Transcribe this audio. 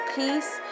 peace